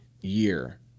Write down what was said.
year